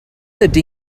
ydy